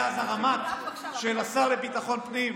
היה אז הרמ"ט של השר לביטחון פנים,